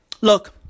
Look